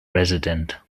resident